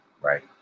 right